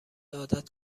عادت